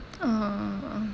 (uh huh) (uh huh)